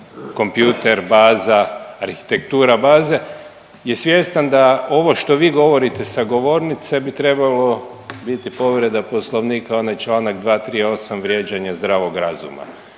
kompjuter, baza, arhitektura baze je svjestan da ovo što vi govorite sa govornice bi trebalo biti povreda Poslovnika onaj Članak 238. vrijeđanje zdravog razuma,